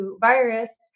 virus